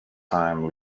time